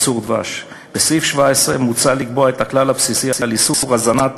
ייצור דבש: בסעיף 17 מוצע לקבוע את הכלל הבסיסי של איסור הזנת